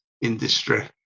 industry